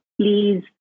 please